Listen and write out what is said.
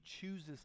chooses